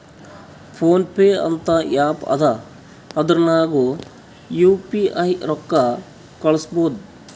phone pay ಅಂತ app ಅದಾ ಅದುರ್ನಗ್ ಯು ಪಿ ಐ ರೊಕ್ಕಾ ಕಳುಸ್ಬೋದ್